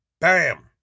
Bam